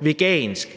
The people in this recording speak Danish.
vegansk,